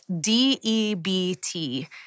D-E-B-T